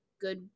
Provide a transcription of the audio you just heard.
good